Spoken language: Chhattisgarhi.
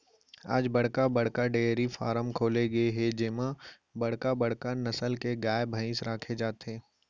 आज बड़का बड़का डेयरी फारम खोले गे हे जेमा बड़का बड़का नसल के गाय, भइसी राखे जाथे